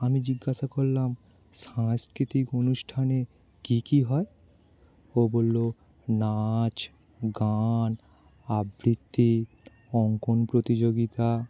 আমি জিজ্ঞাসা করলাম সাংস্কৃতিক অনুষ্ঠানে কী কী হয় ও বলল নাচ গান আবৃত্তি অঙ্কন প্রতিযোগিতা